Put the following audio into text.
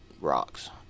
rocks